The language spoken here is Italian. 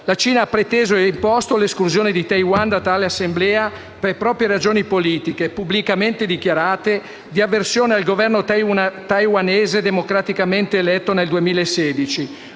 La Cina ha preteso e imposto l'esclusione di Taiwan da tale Assemblea per proprie ragioni politiche, pubblicamente dichiarate, di avversione al Governo taiwanese democraticamente eletto nel 2016.